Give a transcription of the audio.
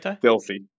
filthy